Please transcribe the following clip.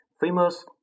Famous